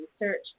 research